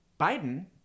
Biden